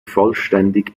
vollständig